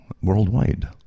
worldwide